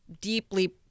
deeply